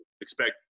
expect